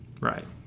Right